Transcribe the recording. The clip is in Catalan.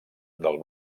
del